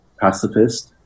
pacifist